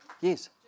Yes